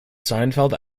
seinfeld